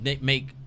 make